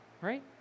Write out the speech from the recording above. right